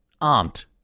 aunt